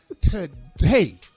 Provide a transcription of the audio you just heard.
today